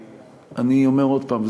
אני אומר עוד פעם,